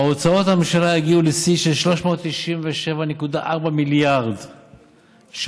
הוצאות הממשלה יגיעו לשיא של כ-397.4 מיליארד ש"ח,